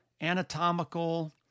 anatomical